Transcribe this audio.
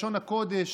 לשון הקודש,